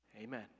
Amen